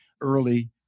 early